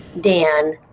Dan